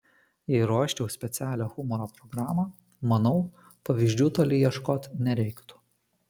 jei ruoščiau specialią humoro programą manau pavyzdžių toli ieškoti nereiktų